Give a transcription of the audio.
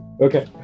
okay